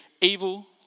evil